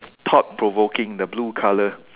thought provoking the blue colour